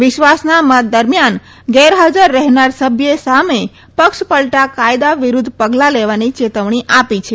વિશ્વાસના મત દરમિયાન ગેરહાજર રહેનાર સભ્યે સામે પક્ષપલટા કાયદા વિરુદ્ધ પગલાં લેવાની ચેતવણી આપી છે